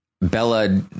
Bella